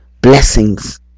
blessings